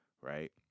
right